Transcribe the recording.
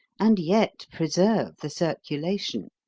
and yet preserve the circulation.